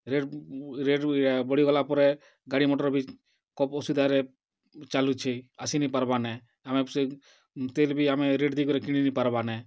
rate ବି ବଢ଼ିଗଲା ପରେ ଗାଡ଼ି ମୋଟର୍ ବି ଖୁବ୍ ଅସୁବିଧାରେ ଚାଲୁଛେ ଆସି ନେଇ ପାରବାର୍ନେ ଆମେ ସେ ତେଲ୍ ବି ଆମେ ରେଟ୍ ଦେଇକରି କିଣି ନାଇ ପାରବାର୍ନେ